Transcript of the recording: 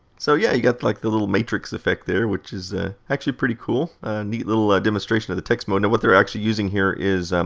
so yeah, you've got like the little matrix effect there, which is ah actually pretty cool. a neat little ah demonstration of the text mode. now, what they're actually using here is,